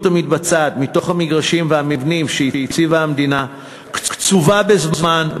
המתבצעת במגרשים ובמבנים שהציבה המדינה קצובה בזמן,